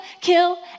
kill